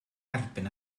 erbyn